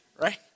right